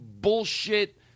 bullshit